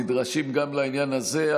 נדרשים גם לעניין הזה.